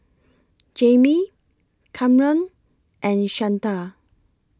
Jaime Kamron and Shanta